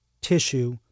tissue